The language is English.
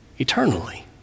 Eternally